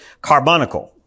Carbonical